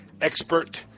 expert